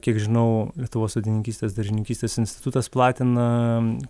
kiek žinau lietuvos sodininkystės daržininkystės institutas platina